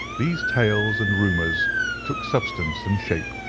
these tales and rumours took substance and shape,